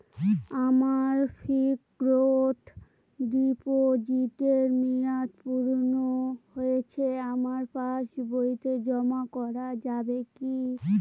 আমার ফিক্সট ডিপোজিটের মেয়াদ পূর্ণ হয়েছে আমার পাস বইতে জমা করা যাবে কি?